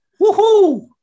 Woohoo